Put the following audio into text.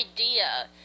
idea